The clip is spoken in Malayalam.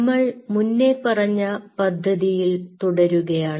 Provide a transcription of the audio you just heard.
നമ്മൾ മുന്നേ പറഞ്ഞ പദ്ധതിയിൽ തുടരുകയാണ്